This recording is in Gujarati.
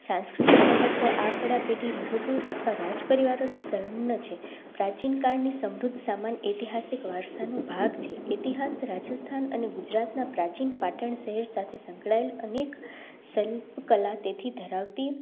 સાંસ્કૃતિક મહત્વ આંકડા પેઢી રઘુકુલ અથવા રાજ પરિવારોથી સંલગ્ન છે પ્રાચીન કાળની સમૃદ્ધ સમાન ઐતિહાસિક વારસાનો ભાગ છે ઐતિહાસિક રાજસ્થાન અને ગુજરાતના પ્રાચીન પાટણ શહેર સાથે સંકળાયેલ અનેક શિલ્પકળા તેથી ધરાવતી